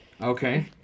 Okay